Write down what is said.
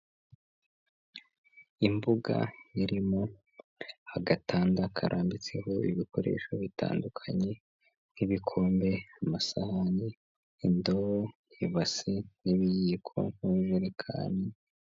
Imbuga irimo agatanda karambitseho ibikoresho bitandukanye, nk'ibikombe, amasahani, indobo, ibasi n'ibiyikoka n'ijerekani.